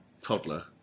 toddler